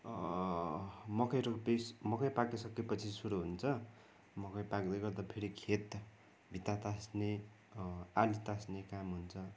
मकै रोपिस मकै पाकिसकेपछि सुरू हुन्छ मकै पाक्दै गर्दा फेरि खेत भित्ता तास्ने आली तास्ने काम हुन्छ